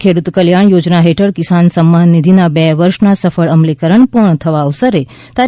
ખેડૂત કલ્યાણ યોજના હેઠળ કિસાન સન્માન નિધિના બે વર્ષના સફળ અમલીકરણ પૂર્ણ થવા અવસરે તા